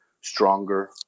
stronger